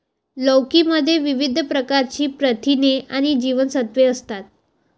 लौकी मध्ये विविध प्रकारची प्रथिने आणि जीवनसत्त्वे असतात